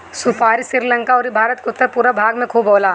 सुपारी श्रीलंका अउरी भारत के उत्तर पूरब भाग में खूब होला